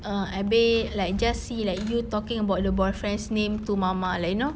err habis like just see like you talking about the boyfriend's name to mama like you know